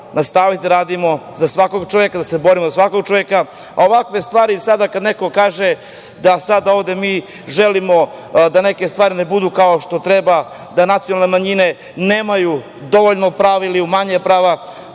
nastaviti da radimo, za svakog čoveka da se borimo, a ovakve stvari sada kada neko kaže da sada ovde mi želimo da neke stvari ne budu kao što treba, da nacionalne manjine nemaju dovoljno prava ili umanjena prava,